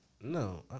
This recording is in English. No